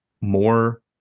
more